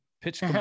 Pitch